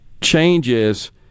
changes –